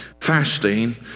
fasting